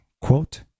quote